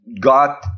got